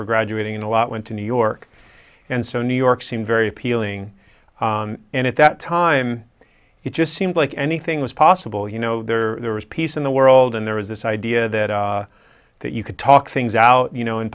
were graduating a lot went to new york and so new york seemed very appealing and at that time it just seemed like anything was possible you know there was peace in the world and there was this idea that that you could talk things out you know in